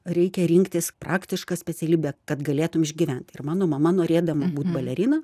reikia rinktis praktišką specialybę kad galėtum išgyvent ir mano mama norėdama būti balerina